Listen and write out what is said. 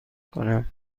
کنم